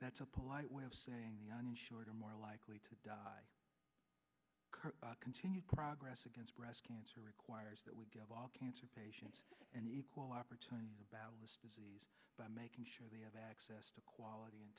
that's a polite way of saying the uninsured are more likely to die continued progress against breast cancer requires that we give all cancer patients an equal opportunity about was disease by making sure they have access to quality